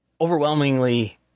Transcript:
overwhelmingly